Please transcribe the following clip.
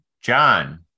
John